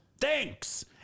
Thanks